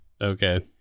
Okay